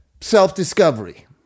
Self-discovery